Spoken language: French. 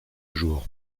jour